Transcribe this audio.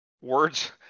Words